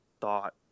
thought